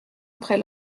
après